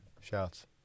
Shouts